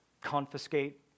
confiscate